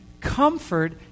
comfort